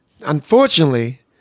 unfortunately